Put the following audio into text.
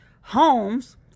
homes